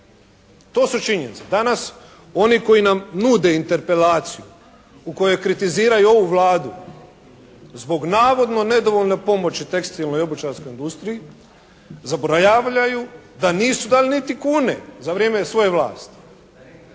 To su činjenice. Danas oni koji nam nude Interpelaciju u kojoj kritiziraju ovu Vladu zbog navodno nedovoljne pomoći tekstilnoj i obućarskoj industriji zaboravljaju da nisu dali niti kune za vrijeme svoje vlasti.